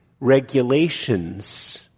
regulations